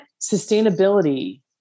sustainability